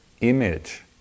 image